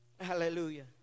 Hallelujah